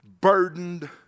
burdened